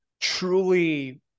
truly